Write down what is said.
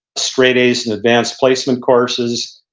straight a's and advanced placement courses,